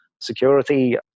security